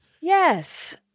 Yes